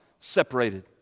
separated